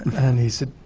and he said,